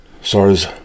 SARS